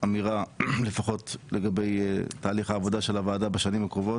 אמירה לפחות לגבי תהליך העבודה של הוועדה בשנים הקרובות,